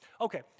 Okay